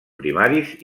primaris